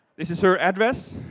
this is her address.